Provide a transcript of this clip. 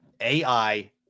AI